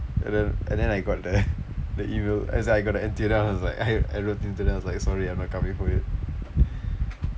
and then and then I got there the email as in I got into N_T_U then I was like I wrote into them I was like sorry I'm not coming for you